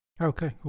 okay